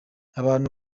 abantu